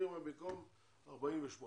אני אומר במקום 48,